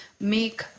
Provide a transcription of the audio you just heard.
make